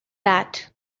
that